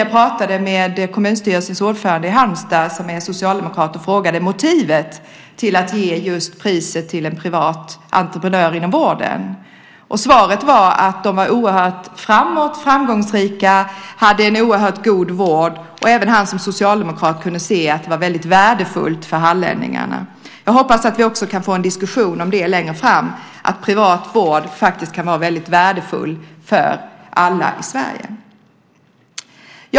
Jag pratade med ordföranden i kommunstyrelsen i Halmstad, som är socialdemokrat, och frågade efter motivet till att ge priset till just en privat entreprenör inom vården. Svaret var att de i det företaget var oerhört framåt, framgångsrika och hade en mycket god vård. Även han som socialdemokrat kunde se att detta var värdefullt för hallänningarna. Jag hoppas att vi längre fram kan få en diskussion om att privat vård kan vara värdefull för alla i Sverige.